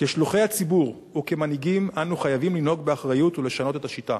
כשלוחי הציבור וכמנהיגים אנו חייבים לנהוג באחריות ולשנות את השיטה.